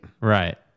Right